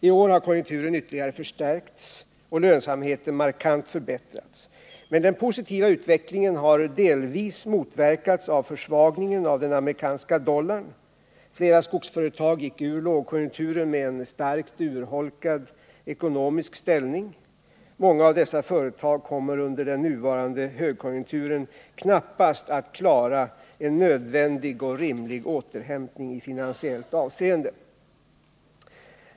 I år har konjunkturen ytterligare förstärkts och lönsamheten markant förbättrats. Men den positiva utvecklingen har delvis motverkats av försvagningen av den amerikanska dollarn. Flera skogsföretag gick ur lågkonjunkturen med en starkt urholkad ekonomisk ställning. Många av dessa företag kommer under den nuvarande högkonjunkturen knappast att klara en nödvändig och rimlig återhämtning i finansiellt avseende.